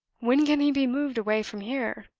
when can he be moved away from here?